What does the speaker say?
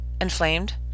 inflamed